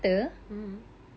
mm mm